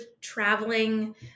traveling